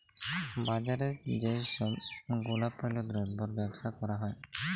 বাজারে যেই সব গুলাপল্য দ্রব্যের বেবসা ক্যরা হ্যয়